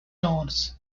genres